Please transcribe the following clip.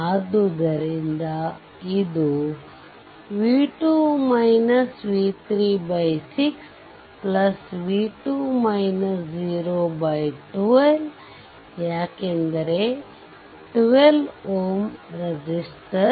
ಆದ್ದರಿಂದ ಇದು 6 12 ಯಾಕೆಂದರೆ 12 Ω ರೆಸಿಸ್ಟರ್